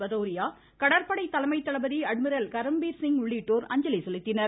பதௌரியா கடற்படை தலைமை தளபதி அட்மிரல் கரம்பீர்சிங் உள்ளிட்டோர் அஞ்சலி செலுத்தினர்